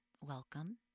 Welcome